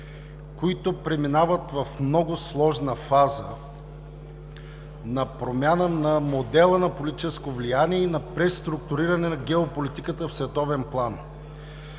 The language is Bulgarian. които преминават в много сложна фаза на промяна на модела на политическо влияние и на преструктуриране на геополитиката в световен план.